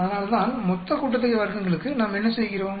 அதனால்தான் மொத்த கூட்டுத்தொகை வர்க்கங்களுக்கு நாம் என்ன செய்கிறோம்